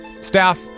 Staff